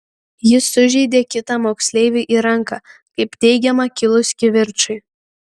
jis sužeidė kitą moksleivį į ranką kaip teigiama kilus kivirčui